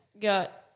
got